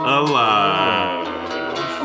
alive